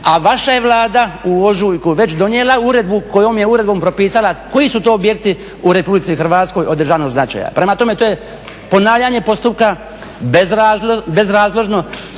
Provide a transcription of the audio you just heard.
A vaša je Vlada u ožujku već donijela uredbu kojom je uredbom propisala koji su to objekti u Republici Hrvatskoj od državnog značaja. Prema tome, to je ponavljanje postupka bezrazložno